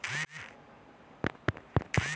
धान की खेती में प्रति एकड़ कितना कीटनाशक डालना होता है?